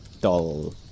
doll